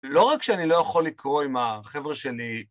לא רק שאני לא יכול לקרוא עם החבר'ה שלי